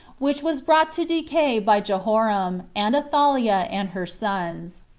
which was brought to decay by jehoram, and athaliah and her sons.